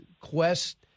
quest